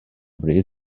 bryd